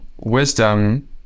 wisdom